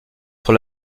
sur